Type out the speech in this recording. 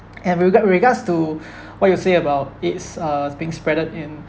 and with regards with regards to what you say about A_I_D_S uh is being spreaded in